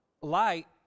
Light